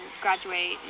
graduate